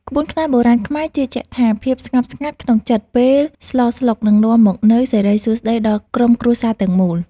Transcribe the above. ក្បួនខ្នាតបុរាណខ្មែរជឿជាក់ថាភាពស្ងប់ស្ងាត់ក្នុងចិត្តពេលស្លស្លុកនឹងនាំមកនូវសិរីសួស្តីដល់ក្រុមគ្រួសារទាំងមូល។